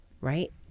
right